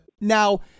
Now